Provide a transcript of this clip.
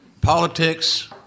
politics